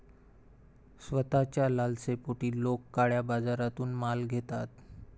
स्वस्ताच्या लालसेपोटी लोक काळ्या बाजारातून माल घेतात